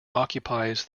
occupies